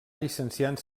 llicenciant